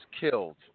killed